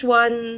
one